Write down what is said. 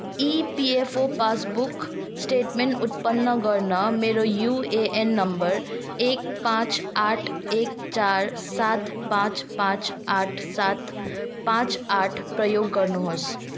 EPFO passbook statement उत्पन्न गर्न मेरो युएएन नम्बर एक पाँच आठ एक चार सात पाँच पाँच आठ सात पाँच आठ प्रयोग गर्नुहोस्